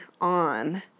on